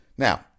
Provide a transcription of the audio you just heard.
Now